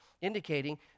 indicating